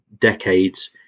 decades